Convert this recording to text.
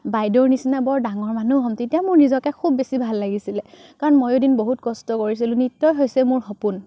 বাইদেউৰ নিচিনা বৰ ডাঙৰ মানুহ হ'ম তেতিয়া মোৰ নিজকে খুব বেছি ভাল লাগিছিলে কাৰণ ময়ো এদিন বহুত কষ্ট কৰিছিলোঁ নৃত্যই হৈছে মোৰ সপোন